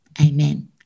Amen